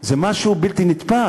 זה משהו בלתי נתפס,